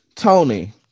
Tony